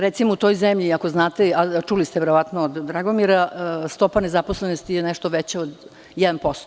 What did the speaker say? Recimo, u toj zemlji, ako znate, a čuli ste verovatno od Dragomira, stopa nezaposlenosti je nešto veća od 1%